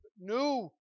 new